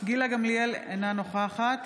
גילה גמליאל, אינה נוכחת